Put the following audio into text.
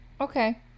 okay